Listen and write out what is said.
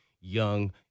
young